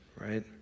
right